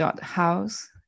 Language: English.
House